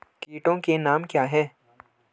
कीटों के नाम क्या हैं?